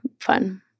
fun